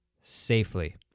safely